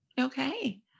Okay